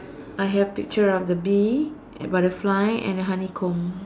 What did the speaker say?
I have picture of the bee butterfly and a honeycomb